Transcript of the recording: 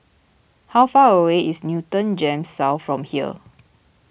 how far away is Newton Gems South from here